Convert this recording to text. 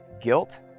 guilt